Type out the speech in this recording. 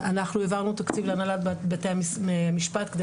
אנחנו העברנו תקציב להנהלת בתי המשפט כדי